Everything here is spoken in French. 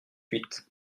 huit